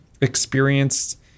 experienced